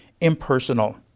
impersonal